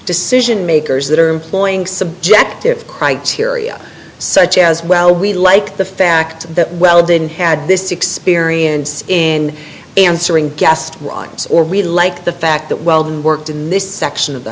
decision makers that are employing subjective criteria such as well we like the fact that weldon had this experience in answering gast rights or we like the fact that weldon worked in this section of the